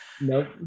Nope